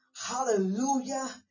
Hallelujah